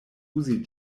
uzi